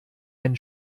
ein